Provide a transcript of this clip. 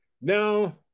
now